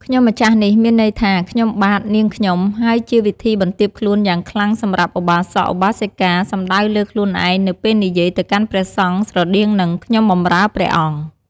ខ្ញុំម្ចាស់នេះមានន័យថា "ខ្ញុំបាទ នាងខ្ញុំ" ហើយជាវិធីបន្ទាបខ្លួនយ៉ាងខ្លាំងសម្រាប់ឧបាសក ឧបាសិកា សំដៅលើខ្លួនឯងនៅពេលនិយាយទៅកាន់ព្រះសង្ឃ ស្រដៀងនឹង "ខ្ញុំបម្រើព្រះអង្គ"។